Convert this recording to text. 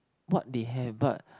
what they have but